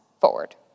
forward